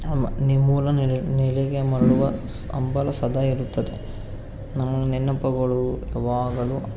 ನಿ ಮೂಲ ನೆಲೆ ನೆಲೆಗೆ ಮರಳುವ ಸ್ ಹಂಬಲ ಸದಾ ಇರುತ್ತದೆ ನಮ್ಮ ನೆನಪುಗಳು ಯಾವಾಗಲೂ